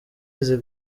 izi